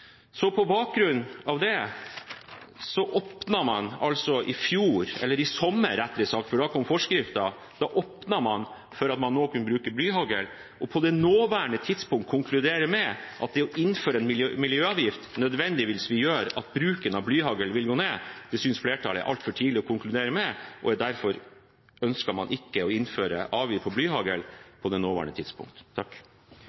På bakgrunn av det åpnet man i fjor sommer – da kom forskriften – for at man nå kunne bruke blyhagl. Flertallet synes det på det nåværende tidspunkt er altfor tidlig å konkludere med at det å innføre en miljøavgift nødvendigvis vil gjøre at bruken av blyhagl vil gå ned. Derfor ønsker man ikke å innføre avgift på blyhagl på det